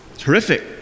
Terrific